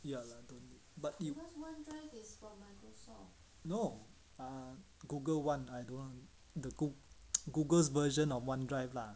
ya lah but you know ah Google [one] I don't know the goo~ Google's version of OneDrive lah